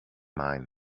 mind